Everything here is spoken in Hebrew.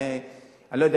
אני לא יודע,